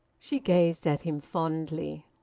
she gazed at him fondly.